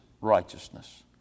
righteousness